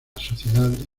sociedad